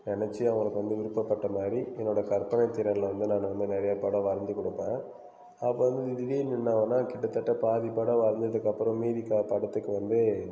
நினச்சி அவங்களுக்கு வந்து விருப்பப்பட்ட மாதிரி என்னோட கற்பனைத் திறனில் வந்து நான் வந்து நிறைய படம் வரைஞ்சு கொடுப்பேன் அப்போ வந்து திடீர்னு என்னாவுன்னா கிட்டத்தட்ட பாதி படம் வரைஞ்சதுக்கு அப்புறம் மீதி படத்துக்கு வந்து